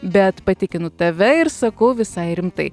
bet patikinu tave ir sakau visai rimtai